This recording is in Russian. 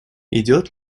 идет